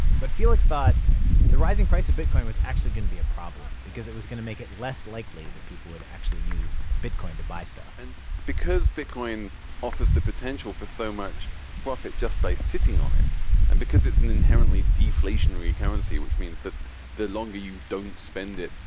but felix thought the rising price of bitcoin was actually going to be a problem because it was going to make it less likely that people would actually use bitcoin to buy stuff and because bitcoin offers the potential for so much profit just by sitting on it and because it's an inherently deflationary currency, which means that the longer you don't spend it,